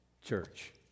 church